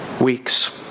weeks